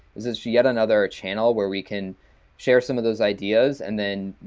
is this yet another channel where we can share some of those ideas and then,